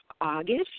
August